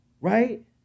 right